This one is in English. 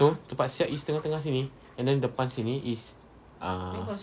so tempat siap is tengah tengah sini and then depan sini is ah